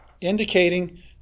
indicating